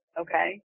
okay